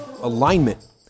alignment